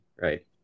Right